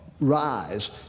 rise